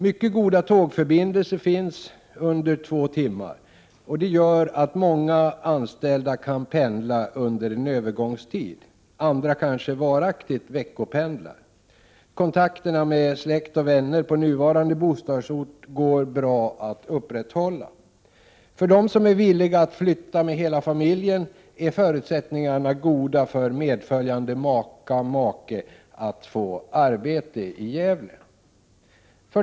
Mycket goda tågförbindelser 16 december 1987 gör att många anställda kan pendla under en = Ettnyttplan-och boövergångstid, medan andra kanske varaktigt kan veckopendla. Kontak = stadsverk terna med släkt och vänner på nuvarande bostadsort går bra att upprätthålla. För dem som är villiga att flytta med hela familjen är förutsättningarna goda för medföljande make/maka att få arbete i Gävle.